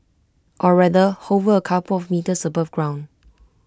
or rather hover A couple of metres above ground